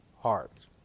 hearts